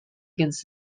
against